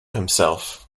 himself